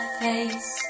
face